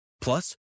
Plus